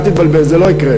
אל תתבלבל, זה לא יקרה.